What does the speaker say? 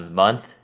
month